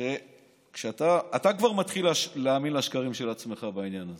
אתה כבר מתחיל להאמין לשקרים של עצמך בעניין הזה.